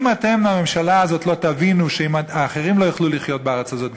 אם אתם בממשלה הזאת לא תבינו שאם אחרים לא יוכלו לחיות בארץ הזאת,